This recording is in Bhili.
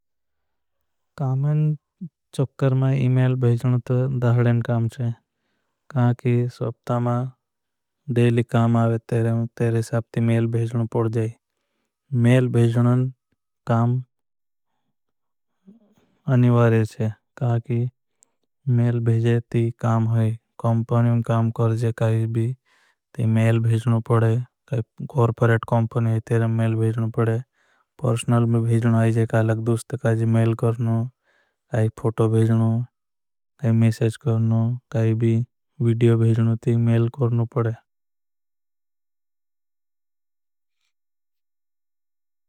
कामन चक्कर माई इमेल भेजन तो। दाहडेन काम छे सबता मा देली काम आवे तेरे साप ती। मेल भेजन पड़ जाई मेल भेजन काम। अनिवारे छे मेल भेजे ती काम है कंपनियों काम कर जे। काई भी ते मेल भेजन पड़े कोर्परेट कंपनियों तेरे मेल भेजन। पड़े में भेजन आईजे कालक दूस्तकाजी मेल करना फोटो। भेजना मेसेज करना भी वीडियो भेजन ती मेल करना पड़े।